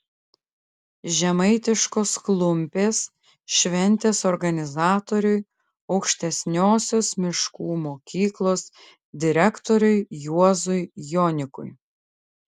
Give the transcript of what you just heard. žemaitiškos klumpės šventės organizatoriui aukštesniosios miškų mokyklos direktoriui juozui jonikui